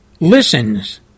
listens